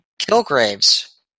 Kilgrave's